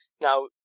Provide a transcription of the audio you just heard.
Now